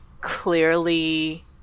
clearly